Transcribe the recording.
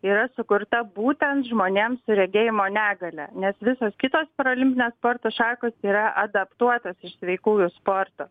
yra sukurta būtent žmonėms su regėjimo negalia nes visos kitos parolimpinės sporto šakos yra adaptuotos iš sveikųjų sporto